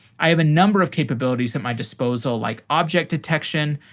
i have a number of capabilities at my disposal like object detection.